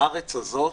הארץ הזאת,